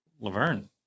Laverne